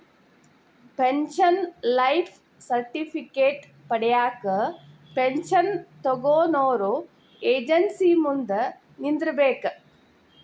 pension life certificate ಪಡ್ಯಾಕ pension ತೊಗೊನೊರ agency ಮುಂದ ನಿಂದ್ರಬೇಕ್